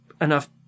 enough